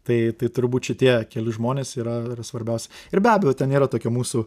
tai tai turbūt šitie keli žmonės yra svarbiausi ir be abejo ten yra tokia mūsų